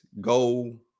go